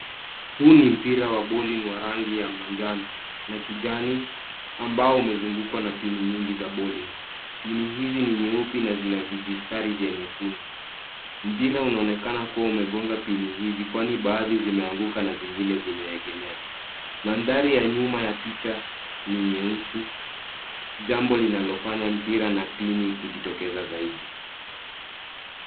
Huu ni mpira wa boli wa rangi ya manjano na kijani ambao umezungukwa na pini nyingi za boli. Pini hizi ni nyeupe na zina vijistari vya nyekundu. Mpira unaonekana kuwa umegonga pini hizi kwani baadhi zimeanguka na zingine zimeegemea. Mandhari ya nyuma ya picha ni nyeusi. Jambo linalo fanya mpira na pini kujitokeza zaidi.